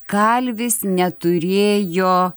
kalvis neturėjo